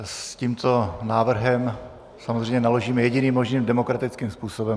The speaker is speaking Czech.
S tímto návrhem samozřejmě naložíme jediným možným demokratickým způsobem.